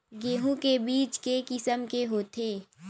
गेहूं के बीज के किसम के होथे?